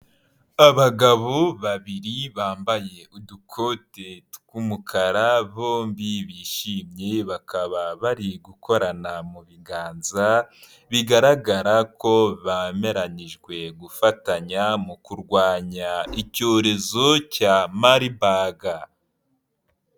Abagabo babiri bambaye udukote tw'umukara bombi bishimye bakaba bari gukorana mu biganza, bigaragara ko bemeranyijwe gufatanya mu kurwanya icyorezo cya maribaga.